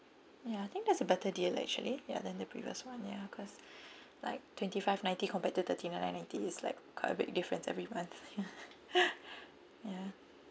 ya I think that's a better deal actually ya than the previous [one] ya cause like twenty five ninety compared to thirty nine ninety it's like quite a big difference every month ya